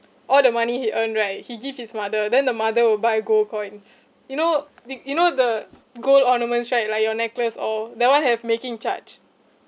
all the money he earned right he gave his mother then the mother will buy gold coins you know the you know the gold ornaments right like your necklace all that [one] have making charge